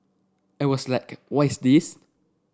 I was like what is this